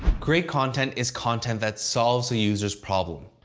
great content is content that solve a user's problem.